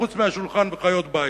חוץ מהשולחן וחיות בית.